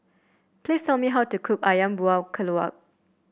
please tell me how to cook ayam Buah Keluak